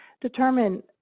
determine